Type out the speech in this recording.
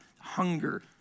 hunger